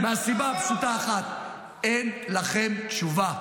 מהסיבה הפשוטה האחת: אין לכם תשובה.